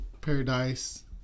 paradise